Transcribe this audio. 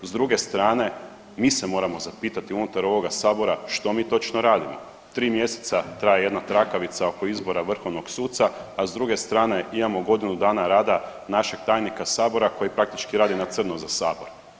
S druge strane mi se moramo zapitati unutar ovoga sabora što mi točno radimo, 3 mjeseca traje jedna trakavica oko izbora vrhovnog suca, a s druge strane imamo godinu dana rada našeg tajnika sabora koji praktički radi na crno za sabor.